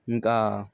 ఇంకా